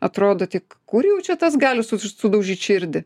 atrodo tik kur jau čia tas gali su sudaužyt širdį